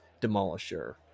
Demolisher